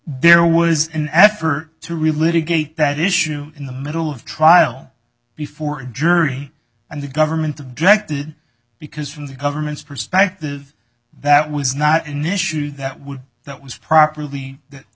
an effort to relive the gate that issue in the middle of trial before a jury and the government objected because from the government's perspective that was not an issue that would that was properly